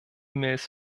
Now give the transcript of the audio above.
mails